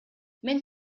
мен